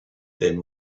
then